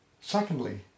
Secondly